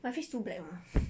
my face too black mah